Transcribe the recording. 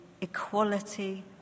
equality